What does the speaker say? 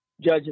Judge